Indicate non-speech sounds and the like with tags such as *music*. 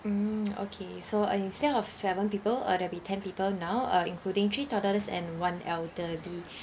mm *noise* okay so uh instead of seven people uh there'll be ten people now uh including three toddlers and one elderly *breath*